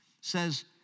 says